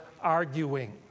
arguing